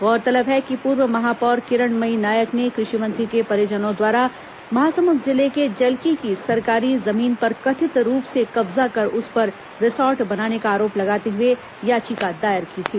गौरतलब है कि पूर्व महापौर किरणमयी नायक ने कृषि मंत्री के परिजनों द्वारा महासमुद जिले के जलकी की सरकारी जमीन पर कथित रूप से कब्जा कर उस पर रिसॉर्ट बनाने का आरोप लगाते हुए याचिका दायर की थी